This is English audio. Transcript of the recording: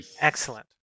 Excellent